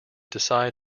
decide